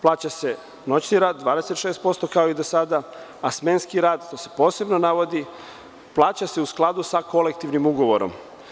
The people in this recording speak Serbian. Plaća se noćni rad 26%, kao i do sada, a smenski rad, što se posebno navodi, plaća se u skladu sa kolektivnim ugovorom.